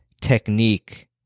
technique